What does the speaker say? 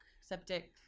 septic